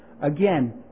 again